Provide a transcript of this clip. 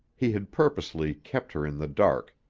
he had purposely kept her in the dark,